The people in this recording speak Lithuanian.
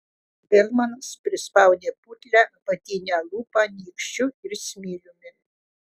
belmanas prispaudė putlią apatinę lūpą nykščiu ir smiliumi